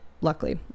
luckily